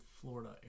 Florida